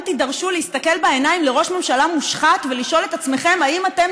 תידרשו להסתכל בעיניים לראש ממשלה מושחת ולשאול את עצמכם האם אתם